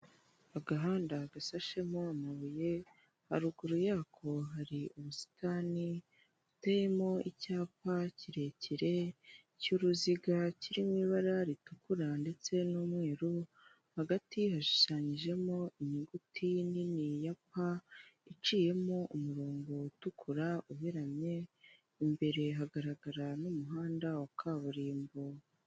Agahanda gasashemo amabuye, haruguru yako hari ubusitani buteyemo icyapa kirekire cy'uruziga kiririmo ibara ritukura ndetse n'umweru hagati yashushanyijemo inyuguti nini ya pa iciyemo umurongo utukura uberamye. Imbere hagarara n'umuhanda wa kaburimbo.